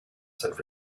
said